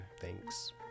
thanks